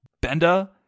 Benda